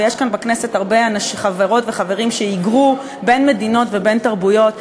ויש בכנסת הרבה חברות וחברים שהיגרו בין מדינות ובין תרבויות,